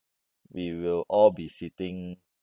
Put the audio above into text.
we will all be sitting